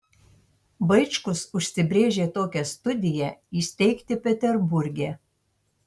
vaičkus užsibrėžė tokią studiją įsteigti peterburge